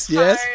yes